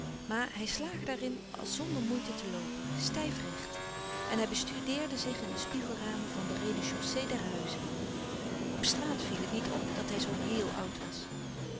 maar hij slaagde er in als zonder moeite te loopen stijfrecht en hij bestudeerde zich in de spiegelramen van de rez-de-chaussée der huizen op straat viel het niet op dat hij zoo héel oud was